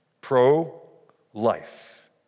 Pro-life